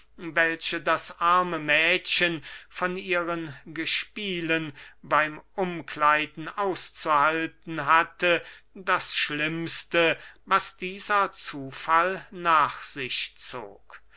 welche das arme mädchen von ihren gespielen beym umkleiden auszuhalten hatte das schlimmste was dieser zufall nach sich zog